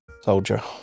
Soldier